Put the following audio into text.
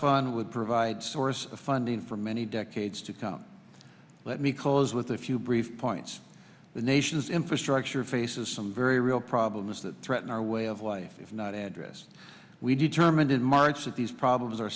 fund would provide source of funding for many decades to come let me cause with a few brief points the nation's infrastructure faces some very real problems that threaten our way of life not address we determined in march that these problems are